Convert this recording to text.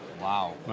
Wow